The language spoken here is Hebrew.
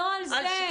לא, לא על זה.